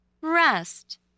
rest